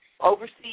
overseas